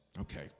Okay